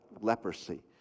leprosy